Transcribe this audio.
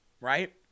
Right